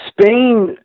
Spain